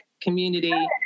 community